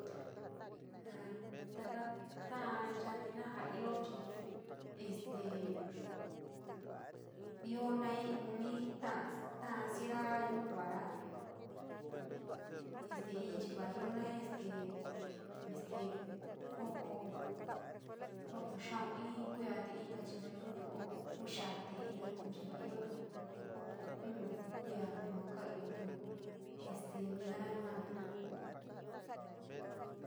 Ja taka ta´a yamina ja io iochi este io nai uní tara silira inouara, in chi va io nai este, este okoioui i kuia te inka chi te ra poto oko uxa, te inka chi va poto oko itin kuia yua ka io tuo este amigara yua jena´a.